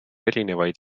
erinevaid